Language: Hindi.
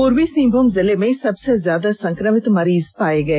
पूर्वी सिंहभूम जिले में सबसे ज्यादा संक्रमित मरीज पाए गए